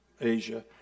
Asia